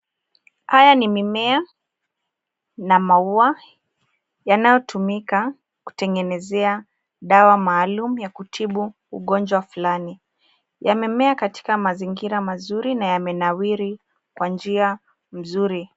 Haya ni mimea na maua yanayotumika kutengenezea dawa maalum ya kutibu ugonjwa fulani. Yamemea katika mazingira mazuri na yamenawiri kwa njia nzuri.